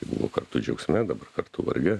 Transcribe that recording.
buvo kartu džiaugsme dabar kartu varge